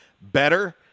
better –